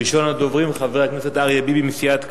ראשון הדוברים, חבר הכנסת אריה ביבי מסיעת קדימה,